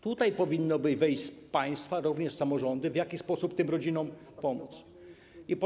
Tutaj powinno by wejść państwo, również samorządy - w jaki sposób tym rodzinom pomóc.